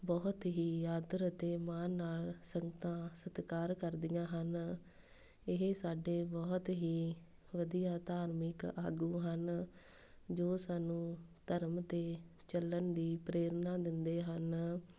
ਬਹੁਤ ਹੀ ਆਦਰ ਅਤੇ ਮਾਣ ਨਾਲ਼ ਸੰਗਤਾਂ ਸਤਿਕਾਰ ਕਰਦੀਆਂ ਹਨ ਇਹ ਸਾਡੇ ਬਹੁਤ ਹੀ ਵਧੀਆ ਧਾਰਮਿਕ ਆਗੂ ਹਨ ਜੋ ਸਾਨੂੰ ਧਰਮ 'ਤੇ ਚੱਲਣ ਦੀ ਪ੍ਰੇਰਨਾ ਦਿੰਦੇ ਹਨ